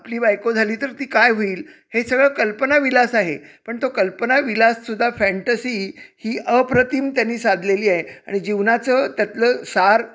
आपली बायको झाली तर ती काय होईल हे सगळं कल्पनाविलास आहे पण तो कल्पनाविलास सुद्धा फॅन्टसी ही अप्रतिम त्यांनी साधलेली आहे आणि जीवनाचं त्यातलं सार